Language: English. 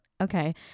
okay